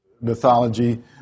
mythology